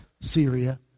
Syria